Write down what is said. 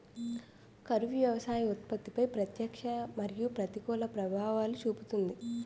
కరువు వ్యవసాయ ఉత్పత్తిపై ప్రత్యక్ష మరియు ప్రతికూల ప్రభావాలను చూపుతుంది